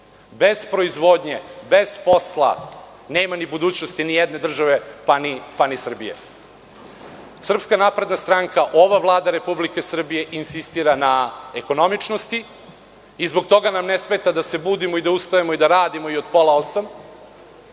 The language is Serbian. Bez proizvodnje, bez posla nema ni budućnosti nijedne države, pa ni Srbije. Srpska napredna stranka, ova Vlada Republike Srbije insistira na ekonomičnosti. Zbog toga nam ne smeta da se budimo, da ustajemo i da radimo od pola osam.